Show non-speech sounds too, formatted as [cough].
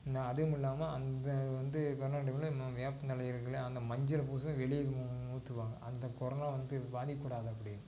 இந்த அதுவுமில்லாமல் அந்த வந்து [unintelligible] வேப்பந்தழை இருக்கில்ல அந்த மஞ்சளை பூசி தான் வெளியே [unintelligible] ஊற்றுவாங்க அந்த கொரோனா வந்து பாதிக்கக்கூடாது அப்படின்னு